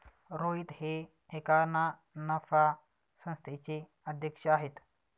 रोहित हे एका ना नफा संस्थेचे अध्यक्ष आहेत